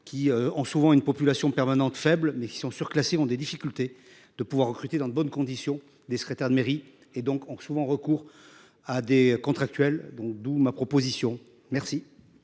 qui ont souvent une population permanente faible mais qui sont surclassé ont des difficultés de pouvoir recruter dans de bonnes conditions des secrétaires de mairie et donc ont souvent recours à des contractuels, donc d'où ma proposition. Merci.